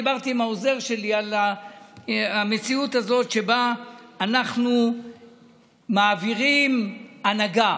דיברתי עם העוזר שלי על המציאות שבה אנחנו מעבירים הנהגה,